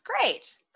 great